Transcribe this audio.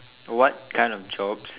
what kind of jobs